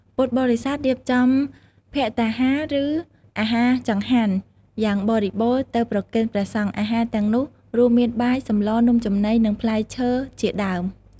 ពុទ្ធបរិស័ទរៀបចំភត្តាហារ ឬអាហារចង្ហាន់ យ៉ាងបរិបូណ៌ទៅប្រគេនព្រះសង្ឃ អាហារទាំងនោះរួមមានបាយ សម្ល នំចំណី និងផ្លែឈើជាដើម។